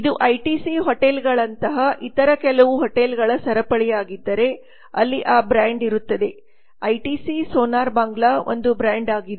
ಇದು ಐಟಿಸಿ ಹೋಟೆಲ್ಗಳಂತಹ ಇತರ ಕೆಲವು ಹೋಟೆಲ್ಗಳ ಸರಪಳಿಯಾಗಿದ್ದರೆ ಅಲ್ಲಿ ಆ ಬ್ರಾಂಡ್ ಇರುತ್ತದೆ ಐಟಿಸಿ ಸೋನಾರ್ಬಾಂಗ್ಲಾಒಂದು ಬ್ರಾಂಡ್ ಆಗಿದೆ